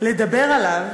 לדבר עליו,